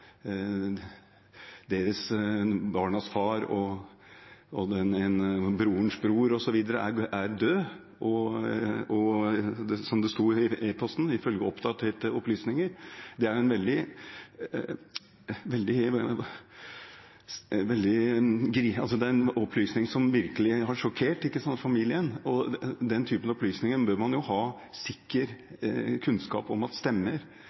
barnas far og brorens bror osv. er død, og som det sto i e-posten: ifølge oppdaterte opplysninger. Det er en opplysning som virkelig har sjokkert familien, og den typen opplysninger bør man ha sikker kunnskap om at stemmer,